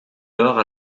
lors